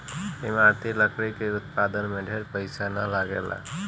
इमारती लकड़ी के उत्पादन में ढेर पईसा ना लगेला